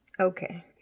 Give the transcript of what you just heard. Okay